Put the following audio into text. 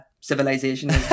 civilization